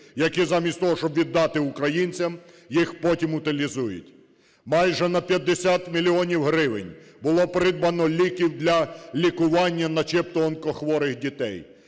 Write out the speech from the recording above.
які, замість того, щоб віддати українцям, їх потім утилізують. Майже на 50 мільйонів гривень було придбано ліків для лікування начебто онкохворих дітей.